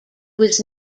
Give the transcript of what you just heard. was